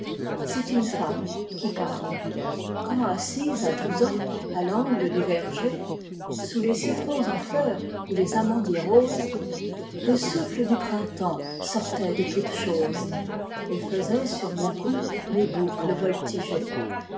c'est une femme qui parle quand assise à douze ans à l'angle du verger sous les citrons en fleurs ou les amandiers roses le souffle du printemps sortait de toutes choses et faisait sur mon cou mes boucles voltiger